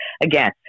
Again